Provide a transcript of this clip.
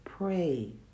Pray